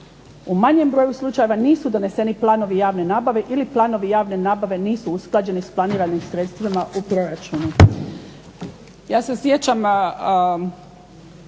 U manjem broju slučajeva nisu doneseni planovi javne nabave ili planove javne nabave nisu usklađeni s planiranim sredstvima u proračunu.